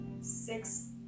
six